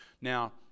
Now